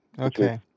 Okay